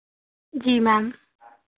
जी ma'am